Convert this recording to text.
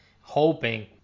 hoping